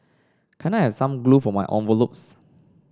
can I have some glue for my envelopes